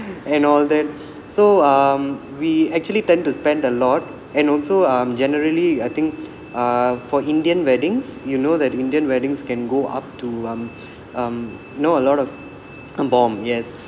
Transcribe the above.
and all that so um we actually tend to spend a lot and also um generally I think uh for indian weddings you know that the indian weddings can go up to um um know a lot of bomb yes